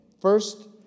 First